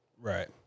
Right